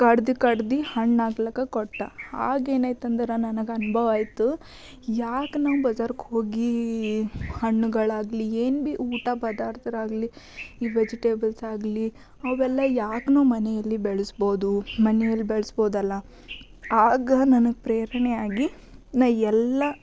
ಕಡ್ದು ಕಡ್ದು ಹಣ್ಣಾಗ್ಲಿಕ್ಕೆ ಕೊಟ್ಟೆ ಆಗ ಏನಾಯ್ತಂದ್ರೆ ನನಗ ಅನ್ಭವವಾಯ್ತು ಯಾಕೆ ನಾವು ಬಜಾರಕ್ಕೆ ಹೋಗಿ ಹಣ್ಣುಗಳಾಗ್ಲಿ ಏನು ಭೀ ಊಟ ಪದಾರ್ಥರಾಗಲಿ ಈ ವೆಜಿಟೇಬಲ್ಸ್ ಆಗಲಿ ಅವೆಲ್ಲ ಯಾಕೆ ನಾವು ಮನೆಯಲ್ಲಿ ಬೆಳ್ಸ್ಬೌದು ಮನೆಯಲ್ಲಿ ಬೆಳ್ಸ್ಬೌದಲ್ಲ ಆಗ ನನಗೆ ಪ್ರೇರಣೆ ಆಗಿ ನಾನು ಎಲ್ಲ